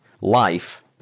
Life